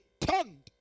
turned